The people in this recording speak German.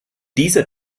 dieser